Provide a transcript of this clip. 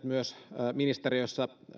myös ministeriössä